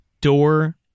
door